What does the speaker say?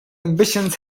ambitions